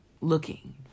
looking